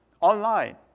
online